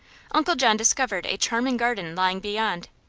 uncle john discovered a charming garden lying beyond,